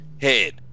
head